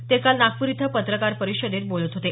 ते काल नागपूर इथं पत्रकार परिषदेत बोलत होते